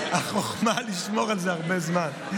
החוכמה היא לשמור על זה הרבה זמן.